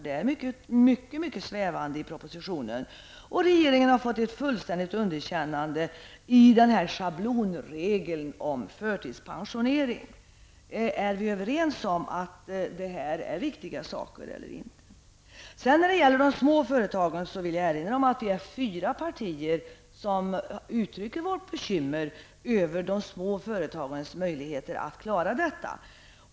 Det uttrycks mycket svävande i propositionen. Och regeringen har fått ett fullständigt underkännande när det gäller den här schablonregeln om förtidspensionering. Är vi överens om att det här är riktigt eller inte? När det gäller de små företagen vill jag erinra om att det är fyra partier som uttrycker bekymmer över de små företagens möjligheter att klara detta.